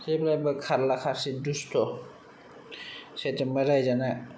जेब्लाबो खारला खारसि दुस्त' जेथिंबो रायजानाय